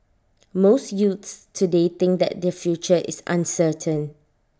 most youths today think that their future is uncertain